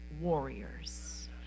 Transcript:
warriors